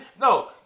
no